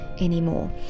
anymore